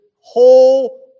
whole